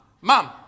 Mom